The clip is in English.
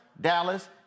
Dallas